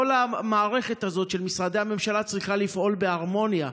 כל המערכת הזאת של משרדי הממשלה צריכה לפעול בהרמוניה.